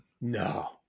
No